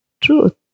truth